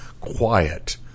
quiet